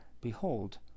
behold